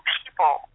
people